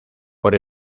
por